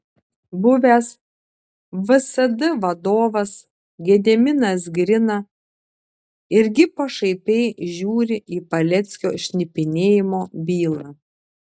buvęs vsd vadovas gediminas grina irgi pašaipiai žiūri į paleckio šnipinėjimo bylą